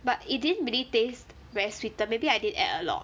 but it didn't really taste very sweetened maybe I didn't add a lot